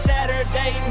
Saturday